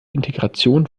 integration